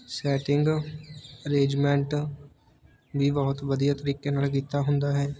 setting arrangement ਵੀ ਬਹੁਤ ਵਧੀਆ ਤਰੀਕੇ ਨਾਲ ਕੀਤਾ ਹੁੰਦਾ ਹੈ